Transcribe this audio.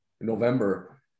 November